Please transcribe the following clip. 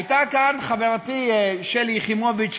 הייתה כאן חברתי שלי יחימוביץ,